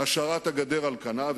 השארת הגדר על כנה,